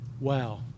wow